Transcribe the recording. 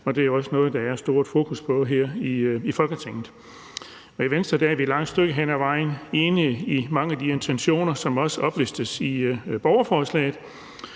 det er også noget, som der er et stort fokus på her i Folketinget. I Venstre er vi et langt stykke hen ad vejen enige i mange af de intentioner, som også oplistes i borgerforslaget,